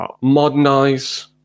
modernize